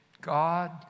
God